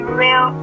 real